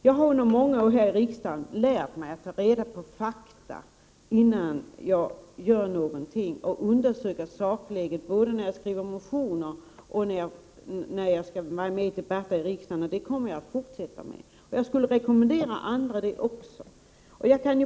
Jag har under många år här i riksdagen lärt mig att ta reda på fakta innan jag gör någonting och att undersöka sakläget, både när jag skriver motioner och när jag skall vara med i debatter. Det kommer jag att fortsätta med, och jag skulle vilja rekommendera andra att göra likadant.